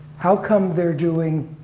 how come they're doing